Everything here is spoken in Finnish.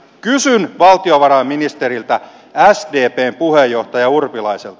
kysyn valtiovarainministeriltä sdpn puheenjohtaja urpilaiselta